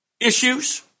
issues